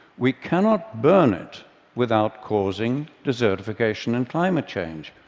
we cannot burn it without causing desertification and climate change.